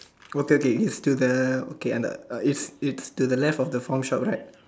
okay okay it's to the okay on the it's to the left of the pawn shop right